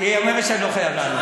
היא אומרת שאני לא חייב לענות.